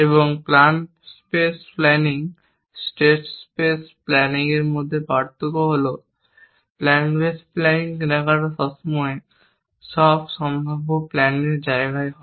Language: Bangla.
এবং plan space planning state space planning এর মধ্যে পার্থক্য হল প্ল্যান স্পেস প্ল্যানিং কেনাকাটা সব সম্ভাব্য প্ল্যানের জায়গায় হয়